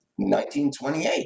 1928